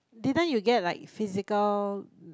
didn't you get like physical